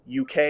uk